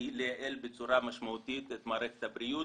לייעל בצורה משמעותית את מערכת הבריאות.